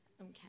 Okay